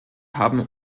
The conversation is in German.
haben